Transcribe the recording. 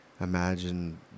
imagine